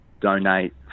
donate